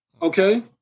Okay